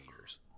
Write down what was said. years